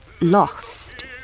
lost